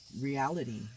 reality